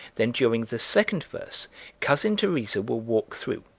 then during the second verse cousin teresa will walk through,